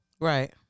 Right